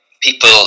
people